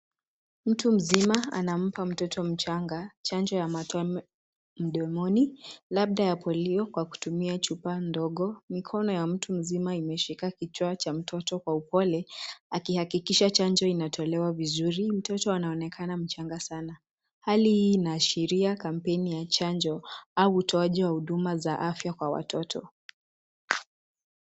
Mtu mzima anampa mtoto mchanga, chanjo ya matone mdomoni, labda ya polio kwa kutumia chupa ndogo, mikono ya mtu mzima imesheka kichwa cha mtoto kwa upole, akihakikisha chanjo inatolewa vizuri, mtoto anaonekana mchanga sana. Hali hii inashiria kampeni ya chanjo au utoaji wa huduma za afya kwa watoto.